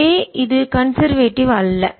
எனவே இது கான்செர்வ்டிவ் அல்ல